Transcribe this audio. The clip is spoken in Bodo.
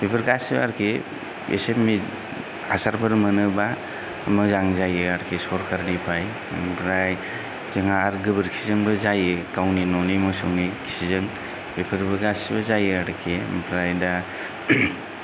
बिफोर गासिबो आरोखि बिसोरनि हासारफोर मोनोब्ला मोजां जायो आरोखि सरखारनिफ्राय ओमफ्राय जोंहा आरो गोबोरखिजोंबो जायो गावनि न'नि मोसौनि खिजों बेफोरबो गासिबो जायो आरोखि आमफ्राय दा